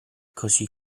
così